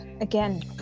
again